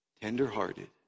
Tender-hearted